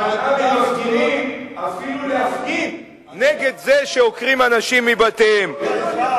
מנעה ממפגינים אפילו להפגין נגד זה שעוקרים אנשים מבתיהם.